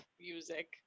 music